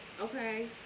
okay